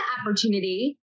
opportunity